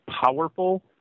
powerful